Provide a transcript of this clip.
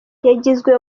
yagizwe